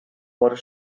por